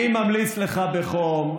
אני ממליץ לך בחום,